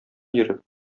йөреп